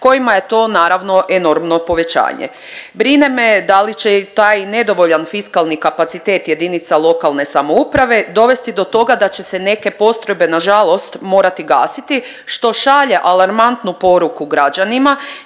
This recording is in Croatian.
kojima je to naravno enormno povećanje. Brine me da li će taj nedovoljan fiskalni kapacitet jedinica lokalne samouprave dovesti do toga da će se neke postrojbe na žalost morati gasiti što šalje alarmantnu poruku građanima,